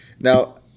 Now